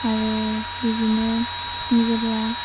आरो बिदिनो निजेब्ला